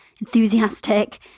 enthusiastic